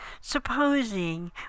Supposing